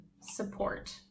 support